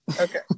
Okay